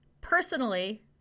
personally